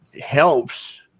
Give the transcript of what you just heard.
helps